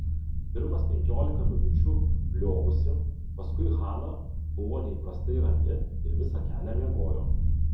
pirmas penkiolika minučių bliovusi paskui hana buvo neįprastai rami ir visą kelią miegojo